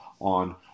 on